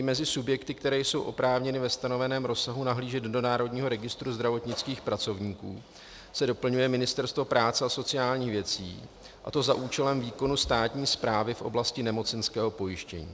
Mezi subjekty, které jsou oprávněny ve stanoveném rozsahu nahlížet do Národního registru zdravotnických pracovníků, se doplňuje Ministerstvo práce a sociálních věcí, a to za účelem výkonu státní správy v oblasti nemocenského pojištění.